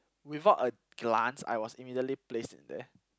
without a glance I was immediately place in there